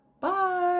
Bye